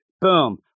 Boom